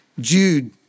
Jude